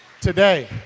today